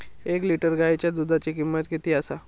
एक लिटर गायीच्या दुधाची किमंत किती आसा?